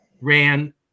ran